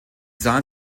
sahen